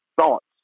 thoughts